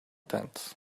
tent